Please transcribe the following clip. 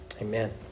Amen